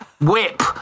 Whip